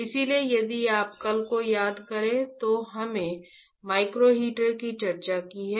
इसलिए यदि आप कल को याद करें तो हमने माइक्रो हीटर की चर्चा की थी